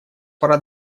пора